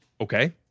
okay